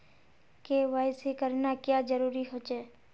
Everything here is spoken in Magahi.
के.वाई.सी करना क्याँ जरुरी होचे?